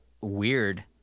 weird